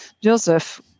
Joseph